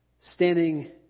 Standing